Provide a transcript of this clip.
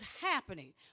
happening